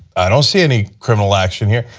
i don't see any criminal action here.